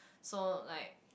so like